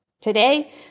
Today